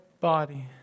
body